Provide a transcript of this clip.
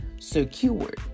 Secured